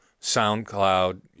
SoundCloud